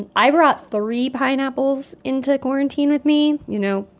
and i brought three pineapples into quarantine with me you know,